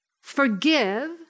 forgive